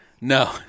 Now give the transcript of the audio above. No